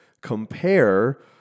compare